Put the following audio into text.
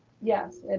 yes,